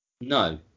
no